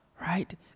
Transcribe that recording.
right